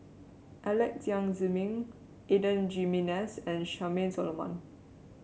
Alex Yam Ziming Adan Jimenez and Charmaine Solomon